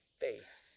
faith